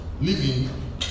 Living